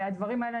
הדברים האלה,